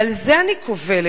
ועל זה אני קובלת,